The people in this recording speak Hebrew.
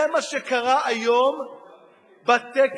זה מה שקרה היום בטקס